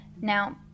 now